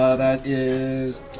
ah that is